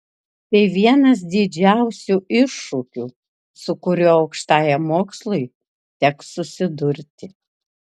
tai vienas didžiausių iššūkių su kuriuo aukštajam mokslui teks susidurti